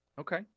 okay